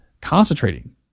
concentrating